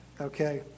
Okay